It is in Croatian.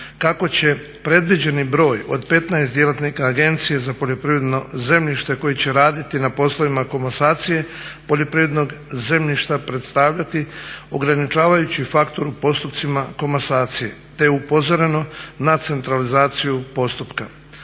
kako će predviđeni broj od 15 djelatnika Agencije za poljoprivredno zemljište koji će raditi na poslovima komasacije poljoprivrednog zemljišta predstavljati ograničavajući faktor u postupcima komasacije te je upozoreno na centralizaciju postupka.